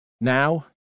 Now